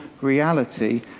reality